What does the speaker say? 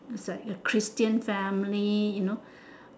it's like a christian family you know